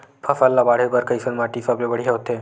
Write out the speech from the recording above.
फसल ला बाढ़े बर कैसन माटी सबले बढ़िया होथे?